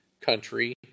country